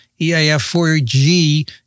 EIF4G